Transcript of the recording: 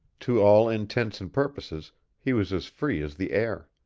to all intents and purposes he was as free as the air.